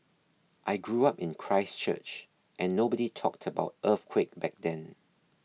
I grew up in Christchurch and nobody talked about earthquake back then